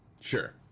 sure